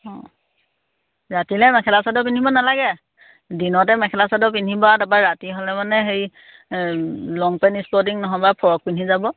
অঁ ৰাতিলৈ মেখেলা চাদৰ পিন্ধিব নালাগে দিনতে মেখেলা চাদৰ পিন্ধিব আৰু তাৰপৰা ৰাতি হ'লে মানে হেৰি লং পেণ্ট ইস্পৰ্টিং নহ'বা ফ্ৰক পিন্ধি যাব